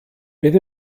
beth